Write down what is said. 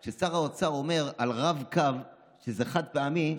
זה ששר האוצר אומר על רב-קו שזה חד-פעמי,